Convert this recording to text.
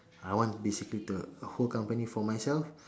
I want basically to a whole company for myself